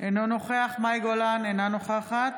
אינו נוכח מאי גולן, אינה נוכחת